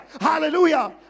Hallelujah